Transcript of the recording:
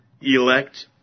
elect